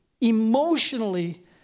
emotionally